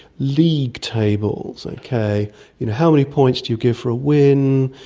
league tables, and okay, how many points do you give for a win,